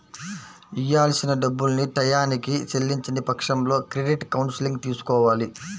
ఇయ్యాల్సిన డబ్బుల్ని టైయ్యానికి చెల్లించని పక్షంలో క్రెడిట్ కౌన్సిలింగ్ తీసుకోవాలి